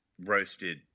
roasted